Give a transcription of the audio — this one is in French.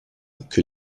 que